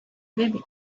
baby